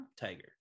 tiger